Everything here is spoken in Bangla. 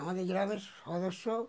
আমাদের গ্রামের সদস্য